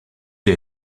est